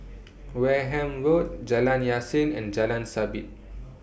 Wareham Road Jalan Yasin and Jalan Sabit